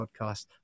podcast